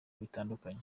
bitandukanye